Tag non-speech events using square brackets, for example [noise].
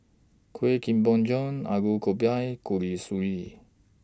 Kueh Kemboja [unintelligible] Go B I [unintelligible] Suji